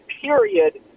period